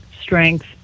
strength